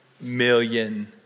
million